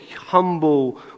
humble